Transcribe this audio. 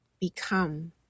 become